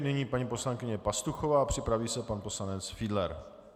Nyní paní poslankyně Pastuchová, připraví se pan poslanec Fiedler.